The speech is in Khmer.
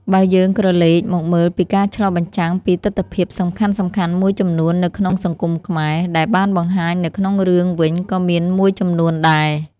បើយើងក្រលែកមកមើលពីការឆ្លុះបញ្ចាំងពីទិដ្ឋភាពសំខាន់ៗមួយចំនួននៅក្នុងសង្គមខ្មែរ ដែលបានបង្ហាញនៅក្នុងរឿងវិញក៏មានមួយចំនួនដែរ។